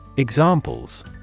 Examples